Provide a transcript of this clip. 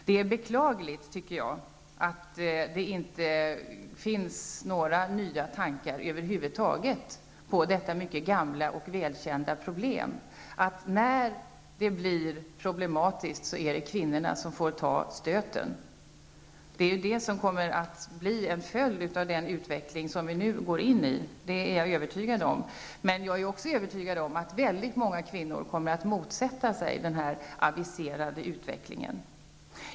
Det är beklagligt att det inte över huvud taget finns några nya tankar när det gäller detta mycket gamla och välkända problem. När det blir problematiskt är det kvinnorna som får ta stöten. Det kommer att bli en följd av den utveckling som vi nu går in i. Det är jag övertygad om. Men jag är också övertygad om att väldigt många kvinnor kommer att motsätta sig denna aviserade utveckling.